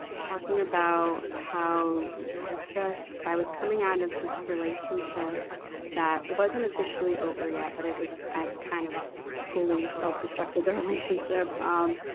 talking about how i just, i was coming out of this relationship that wasn't officially over yet, but it was, i kind of fully self-destructed the relationship. and, um,